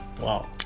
Wow